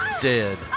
dead